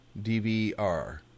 dvr